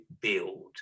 build